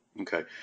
okay